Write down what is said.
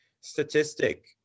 statistic